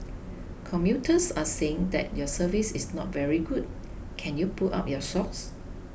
commuters are saying that your service is not very good can you pull up your socks